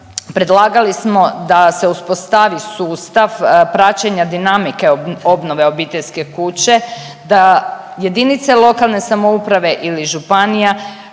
predlagali smo da se uspostavi sustav praćenja dinamike obnove obiteljske kuće, da jedinice lokalne samouprave ili županija